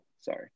sorry